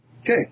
Okay